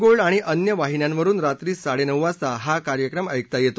gold आणि अन्य वाहिन्यांवरुन रात्री साडक्कि वाजता हा कार्यक्रम ऐकता यस्ती